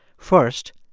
first,